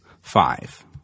five